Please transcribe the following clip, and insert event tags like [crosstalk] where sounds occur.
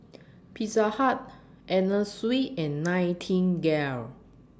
Pizza Hut [noise] Anna Sui and Nightingale